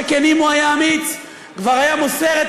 שכן אם הוא היה אמיץ כבר היה מוסר את